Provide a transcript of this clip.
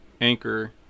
Anchor